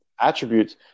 attributes